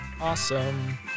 Awesome